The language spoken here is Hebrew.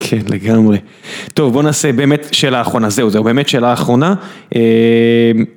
כן לגמרי, טוב בואו נעשה באמת שאלה אחרונה זהו זהו באמת שאלה אחרונה.